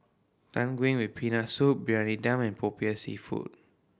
Tang Yuen with Peanut Soup Briyani Dum and Popiah Seafood